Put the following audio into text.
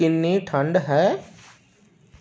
ਕਿੰਨੀ ਠੰਡ ਹੈ